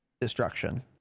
destruction